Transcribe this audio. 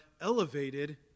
elevated